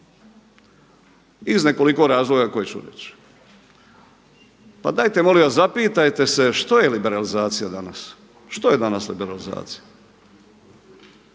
Iz nekoliko razloga koje ću reći. Pa dajte molim vas zapitajte se što je liberalizacija danas? Što je danas liberalizacija?